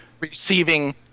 receiving